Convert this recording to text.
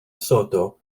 soto